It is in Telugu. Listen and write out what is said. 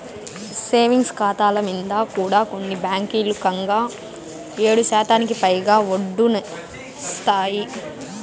సేవింగ్స్ కాతాల మింద కూడా కొన్ని బాంకీలు కంగా ఏడుశాతానికి పైగా ఒడ్డనిస్తాందాయి